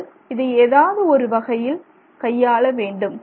நீங்கள் இதை ஏதாவது ஒரு வகையில் கையாள வேண்டும்